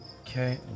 Okay